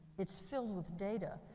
it's filled with data,